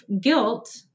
guilt